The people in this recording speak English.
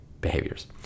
behaviors